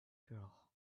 girl